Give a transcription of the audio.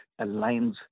aligns